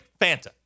Fanta